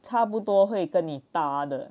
差不多会跟你 da 的